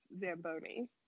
Zamboni